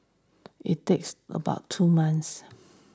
it takes about two months